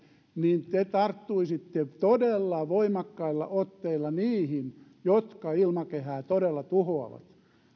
niin te tarttuisitte todella voimakkailla otteilla niihin jotka ilmakehää todella tuhoavat ja ne